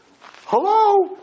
hello